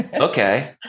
Okay